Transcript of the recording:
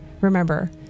remember